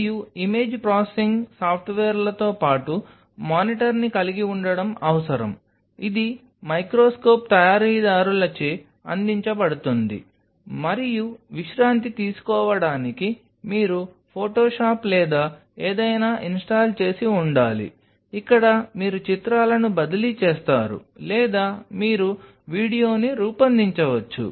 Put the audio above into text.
మరియు image processing సాఫ్ట్వేర్లతో పాటు మానిటర్ను కలిగి ఉండటం అవసరం ఇది మైక్రోస్కోప్ తయారీదారులచే అందించబడుతుంది మరియు విశ్రాంతి తీసుకోవడానికి మీరు ఫోటోషాప్ లేదా ఏదైనా ఇన్స్టాల్ చేసి ఉండాలి ఇక్కడ మీరు చిత్రాలను బదిలీ చేస్తారు లేదా మీరు వీడియోను రూపొందించవచ్చు